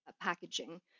packaging